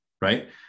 right